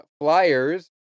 Flyers